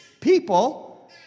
People